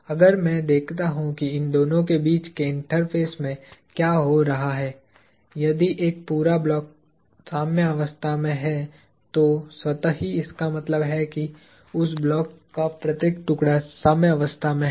अगर मैं देखता हूं कि इन दोनों के बीच के इंटरफ़ेस में क्या हो रहा है यदि एक पूरा ब्लॉक साम्यावस्था में है तो स्वतः ही इसका मतलब है कि उस ब्लॉक का प्रत्येक टुकड़ा साम्यावस्था में है